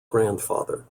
grandfather